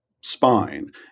spine